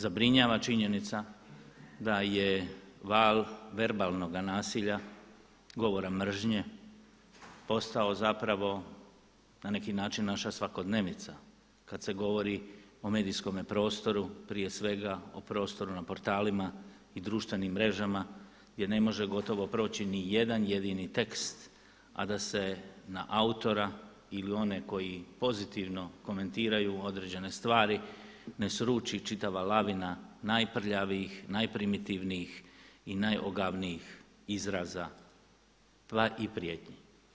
Zabrinjava činjenica da je val verbalnog nasilja, govora mržnje postao zapravo na neki način naša svakodnevnica kad se govori o medijskome prostoru, prije svega o prostoru na portalima i društvenim mrežama gdje ne može gotovo proći nijedan jedini tekst a da se na autora ili one koji pozitivno komentiraju određene stvari ne sruči čitava lavina najprljavijih, najprimitivnijih i najogavnijih izraza pa i prijetnji.